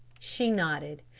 she nodded.